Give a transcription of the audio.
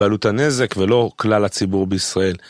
בעלות הנזק ולא כלל הציבור בישראל.